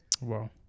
Wow